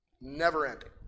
never-ending